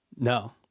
No